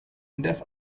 indes